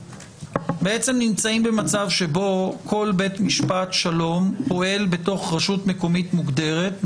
אנחנו נמצאים במצב שבו כל בית משפט שלום פועל בתוך רשות מקומית מוגדרת,